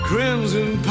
Crimson